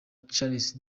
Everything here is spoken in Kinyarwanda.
charles